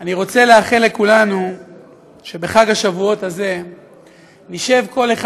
אני רוצה לאחל לכולנו שבחג השבועות הזה נשב כל אחד